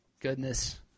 goodness